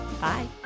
Bye